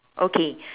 okay